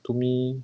to me